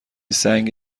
سنگ